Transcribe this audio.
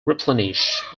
replenish